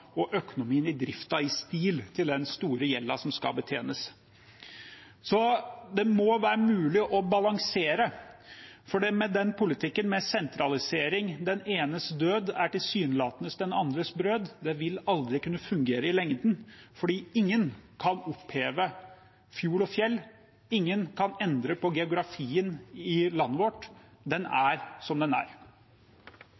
og økonomien i driften i stil med den store gjelden som skal betjenes. Det må være mulig å balansere, for den politikken med sentralisering – den enes død er tilsynelatende den annens brød – vil aldri kunne fungere i lengden, fordi ingen kan oppheve fjord og fjell, ingen kan endre på geografien i landet vårt. Den